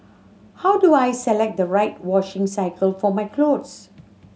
how do I select the right washing cycle for my cloth